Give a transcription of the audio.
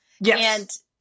Yes